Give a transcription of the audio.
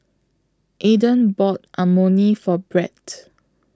Aaden bought Imoni For Bret